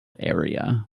area